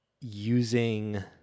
using